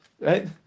right